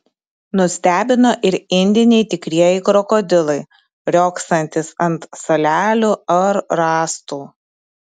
nustebino ir indiniai tikrieji krokodilai riogsantys ant salelių ar rąstų